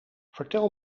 vertel